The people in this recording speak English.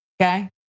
okay